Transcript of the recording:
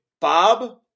Bob